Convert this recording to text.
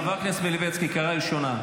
חבר הכנסת מלביצקי, קריאה ראשונה.